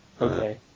Okay